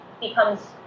becomes